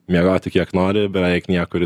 miegoti kiek nori beveik niekur